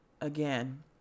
again